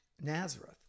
Nazareth